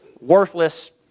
worthless